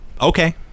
Okay